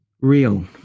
Real